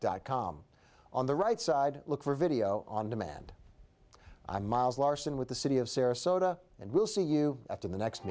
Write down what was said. dot com on the right side look for video on demand i'm miles larson with the city of sarasota and we'll see you at the next